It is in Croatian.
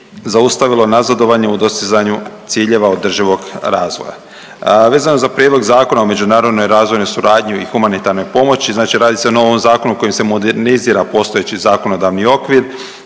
zaustavilo nazadovanje u dostizanju ciljeva održivog razvoja. Vezano za Prijedlog zakona o međunarodnoj razvojnoj suradnji i humanitarnoj pomoći, znači radi se o novom zakonu kojim se modernizira postojeći zakonodavni okvir.